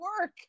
work